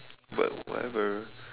but whatever